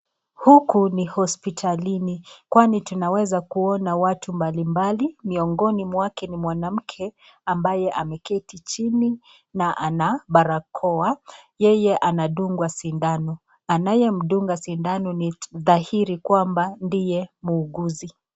Huku ni hospitalini kwani tunaweza kuwaona watu mbalimbali mwiongoni mwake ni ambaye ni mwanamke ameketi chini na anabarakoa yeye anadungwa sindano, anayemduka sindano ndiye anayedhahiri kwamba ni muuguzi.